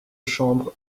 chambre